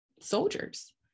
soldiers